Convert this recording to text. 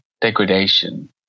degradation